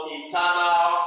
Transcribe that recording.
eternal